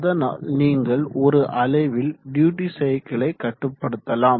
அதனால் நீங்கள் ஒரு அலைவில் டியூட்டி சைக்கிளை கட்டுப்டுத்தலாம்